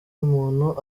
umuntu